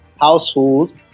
household